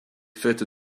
faite